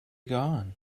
gone